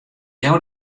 jou